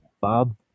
Bob